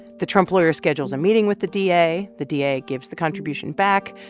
the trump lawyer schedules a meeting with the da. the da gives the contribution back.